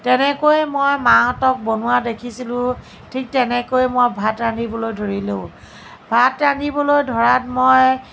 তেনেকৈ মই মাহঁতক বনোৱা দেখিছিলোঁ ঠিক তেনেকৈ মই ভাত ৰান্ধিবলৈ ধৰিলোঁ ভাত ৰান্ধিবলৈ ধৰাত মই